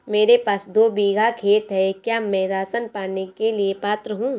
मेरे पास दो बीघा खेत है क्या मैं राशन पाने के लिए पात्र हूँ?